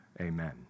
Amen